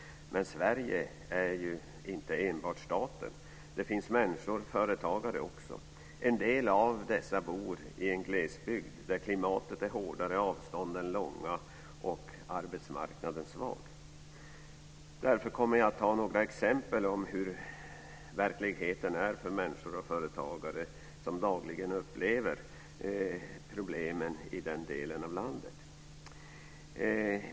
Men Sverige är ju inte enbart staten. Det finns människor och företagare också. En del av dessa bor i en glesbygd där klimatet är hårdare, avstånden långa och arbetsmarknaden svag. Därför kommer jag att ta upp några exempel på hur verkligheten är för människor och företagare som dagligen upplever problemen i den delen av landet.